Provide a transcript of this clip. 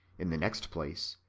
in the next place,